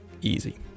Easy